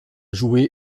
joué